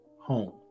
home